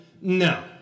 No